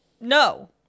No